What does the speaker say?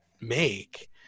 make